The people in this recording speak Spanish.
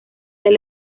del